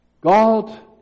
God